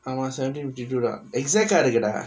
ஆமா:aamaa seventeen fifty two ah exact ah இருக்குடா:irukkudaa